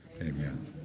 Amen